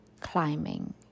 climbing